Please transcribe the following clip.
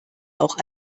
auch